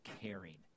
caring